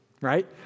right